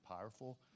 powerful